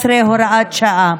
19, הוראת שעה)